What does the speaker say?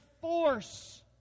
force